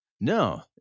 No